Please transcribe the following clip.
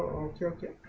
ok ok